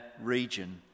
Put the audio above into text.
region